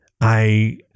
I